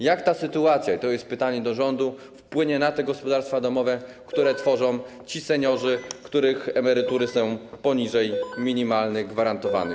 Jak ta sytuacja - i to jest pytanie do rządu - wpłynie na gospodarstwa domowe, które tworzą seniorzy, których emerytury są poniżej minimalnych gwarantowanych?